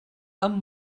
amb